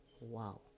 wow